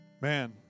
Man